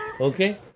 Okay